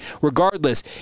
regardless